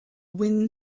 wind